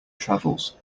travels